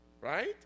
right